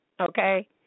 okay